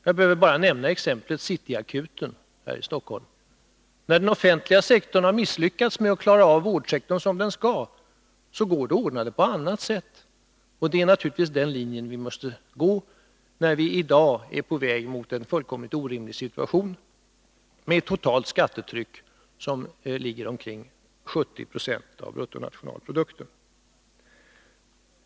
Jag behöver bara nämna City Akuten här i Stockholm som ett exempel. När den offentliga sektorn har misslyckats med att klara av vårdsektorn som den skall, går det att ordna det på annat sätt, och det är naturligtvis den linjen vi måste följa när vi i dag är på väg mot en fullkomligt orimlig situation med en offentlig sektor som ligger på omkring 70 26 av bruttonationalprodukten.